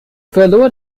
verlor